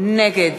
נגד